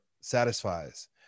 satisfies